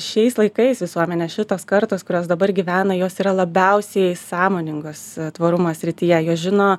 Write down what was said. šiais laikais visuomenė šitos kartos kurios dabar gyvena jos yra labiausiai sąmoningos tvarumo srityje jos žino